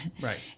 Right